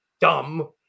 dumb